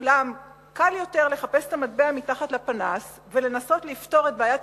אולם קל יותר לחפש את המטבע מתחת לפנס ולנסות לפתור את בעיית